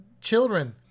children